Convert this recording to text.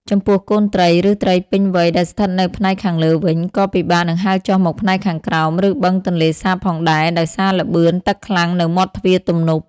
ចំពោះកូនត្រី ឬត្រីពេញវ័យដែលស្ថិតនៅផ្នែកខាងលើវិញ ក៏ពិបាកនឹងហែលចុះមកផ្នែកខាងក្រោម ឬបឹងទន្លេសាបផងដែរ ដោយសារល្បឿនទឹកខ្លាំងនៅមាត់ទ្វារទំនប់។